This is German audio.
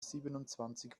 siebenundzwanzig